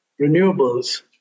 renewables